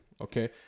okay